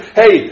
hey